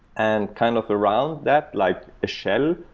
and kind of around that, like a shell,